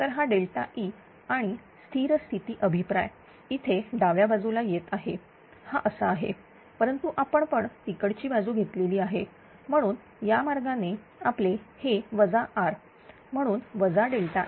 तर हा ΔE आणि स्थिर स्थिती अभिप्राय इथे डाव्या बाजूला येत आहे हा असा आहे परंतु आपण पण तिकडची बाजू घेतलेली आहे म्हणून या मार्गाने आपले हे वजा R म्हणून वजा ΔF